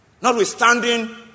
Notwithstanding